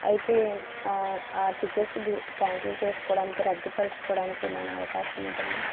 అయితే ఆ tickets cancel చేసుకోవడానికి రద్దుపరచుకోవడానికి ఏమైనా అవకాశం ఉంటుందా